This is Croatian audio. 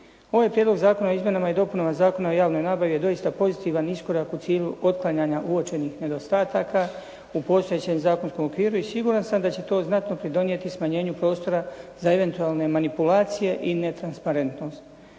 Ovaj prijedlog zakona o izmjenama i dopunama Zakona o javnoj nabavi je dosita pozitivan iskorak u cilju otklanjanja uočenih nedostataka u postojećem zakonskom okviru i siguran sam da će to … pridonijeti smanjenju prostora za eventualne manipulacije i netransparentnost,